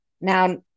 Now